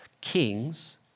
kings